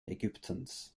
ägyptens